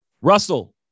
Russell